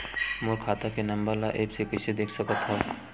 मोर खाता के नंबर ल एप्प से कइसे देख सकत हव?